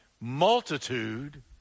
multitude